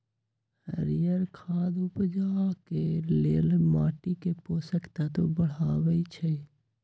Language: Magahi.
हरियर खाद उपजाके लेल माटीके पोषक तत्व बढ़बइ छइ